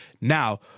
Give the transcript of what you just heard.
Now